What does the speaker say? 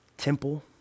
Temple